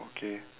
oh okay